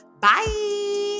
Bye